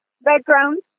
background